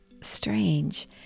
strange